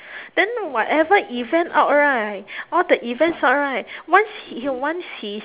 then whatever event out right all the events out right once he once he is